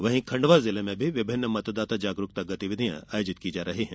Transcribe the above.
वहीं खंडवा जिले में विभिन्न मतदाता जागरूकता गतिविधियां आयोजित की जा रही है